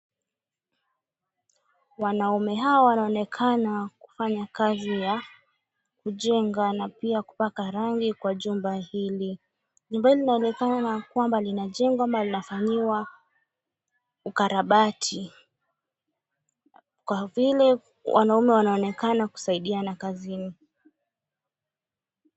Wanaume hawa wanaonekana kufanya kazi ya kujenga na pia kupaka rangi kwa jumba hili. Nyumba hili linaonekana kwamba linajengwa ama linafanyiwa ukarabati kwa vile wanaume wanaonekana kusaidiana kazini.